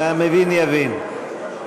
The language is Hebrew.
והמבין יבין.